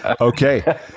Okay